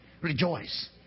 rejoice